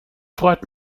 freut